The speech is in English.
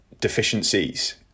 deficiencies